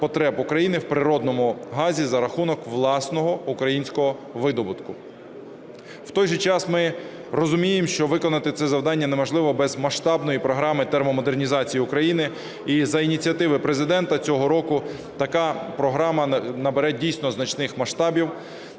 потреб України в природному газі за рахунок власного українського видобутку. В той же час, ми розуміємо, що виконати це завдання неможливо без масштабної програми термомодернізації України, і за ініціативи Президента цього року така програма набере дійсно значних масштабів.